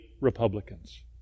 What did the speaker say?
Republicans